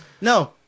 No